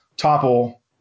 topple